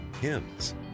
hymns